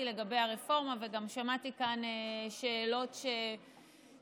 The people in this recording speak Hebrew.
לגבי הרפורמה וגם שמעתי כאן שאלות שעלו.